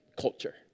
culture